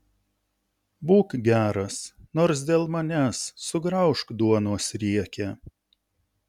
būk geras nors dėl manęs sugraužk duonos riekę